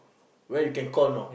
where you can call know